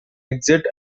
exit